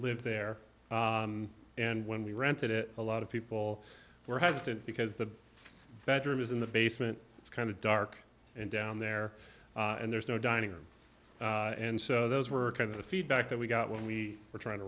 live there and when we rented it a lot of people were hesitant because the bedroom is in the basement it's kind of dark down there and there's no dining room and so those were kind of the feedback that we got when we were trying to